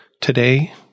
today